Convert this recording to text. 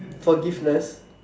forgiveness